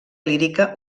lírica